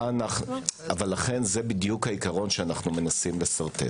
לכן זה העיקרון שאנו מנסים לשרטט.